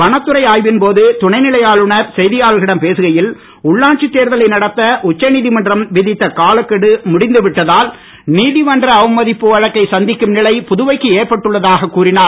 வனத்துறை ஆய்வின் போது துணை நிலை ஆளுநர் செய்தியாளர்களிடம் பேசுகையில் உள்ளாட்சி தேர்தலை நடத்த உச்சநீதிமன்றம் விதித்த காலக்கெடு முடிந்து விட்டதால் நீதிமன்ற அவமதிப்பு வழக்கை சந்திக்கும் நிலை புதுவைக்கு ஏற்பட்டுள்ளதாக கூறினார்